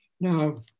Now